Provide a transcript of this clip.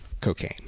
cocaine